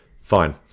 fine